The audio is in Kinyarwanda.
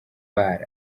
bar